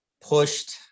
Pushed